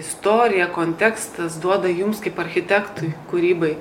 istorija kontekstas duoda jums kaip architektui kūrybai